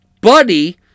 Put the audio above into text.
buddy